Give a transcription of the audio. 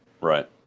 Right